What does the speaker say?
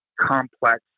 complex